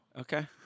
Okay